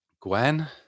Gwen